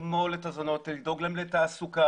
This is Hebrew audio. לגמול את הזונות לדאוג להן לתעסוקה,